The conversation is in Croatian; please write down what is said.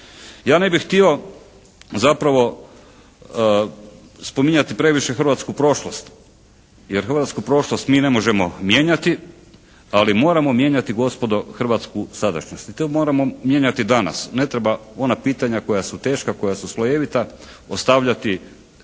Ja ne bih htio zapravo spominjati previše hrvatsku prošlost. Jer hrvatsku prošlost mi ne možemo mijenjati, ali moramo mijenjati gospodo hrvatsku sadašnjost. I to moramo mijenjati danas. Ne treba ona pitanja koja su teška, koja su slojevita ostavljati za